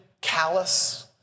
callous